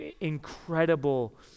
incredible